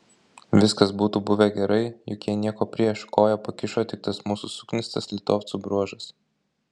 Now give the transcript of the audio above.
viskas būtų buvę gerai juk jie nieko prieš koją pakišo tik tas mūsų suknistas litovcų bruožas